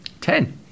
Ten